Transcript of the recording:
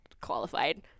qualified